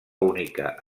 única